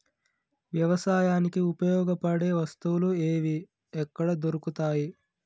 వ్యవసాయానికి ఉపయోగపడే వస్తువులు ఏవి ఎక్కడ దొరుకుతాయి?